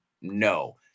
no